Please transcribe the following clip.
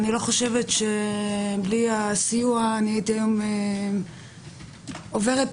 אני לא חושבת שבלי הסיוע הייתי היום עוברת את